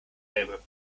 elbe